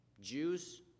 Jews